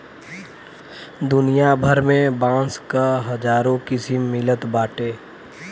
दुनिया भर में बांस क हजारो किसिम मिलत बाटे